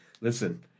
Listen